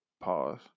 Pause